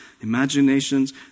imaginations